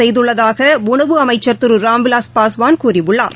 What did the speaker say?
செய்துள்ளதாகஉணவு அமைச்சர் திருராம்விலாஸ் பாஸ்வான் கூறியுள்ளார்